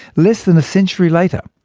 less than a century later,